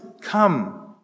come